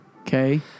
Okay